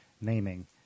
naming